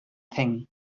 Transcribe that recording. thing